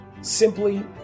simply